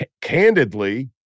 Candidly